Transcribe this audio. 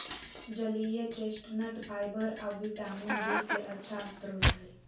जलीय chestnut fibre आऊ vitamin B के अच्छा स्रोत हइ